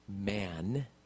man